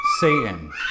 Satan